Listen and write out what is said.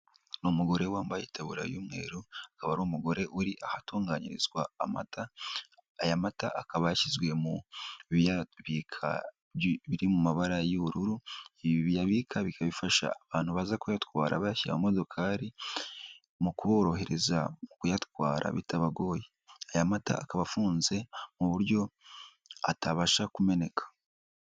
Ni umugore wambaye itaburiya y'umweru akaba ari umugore uri ahatunganyirizwa amata, aya mata akaba yashyizwe mu biyabika biri mu mabara y'ubururu ibi biyabika bikaba bifasha abantu baza kuyatwara bayashyira mu modokari mu kuborohereza kuyatwara bitabagoye, aya mata akaba afunze mu buryo atabasha kumeneka.